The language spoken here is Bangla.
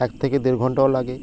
এক থেকে দেড় ঘন্টাও লাগে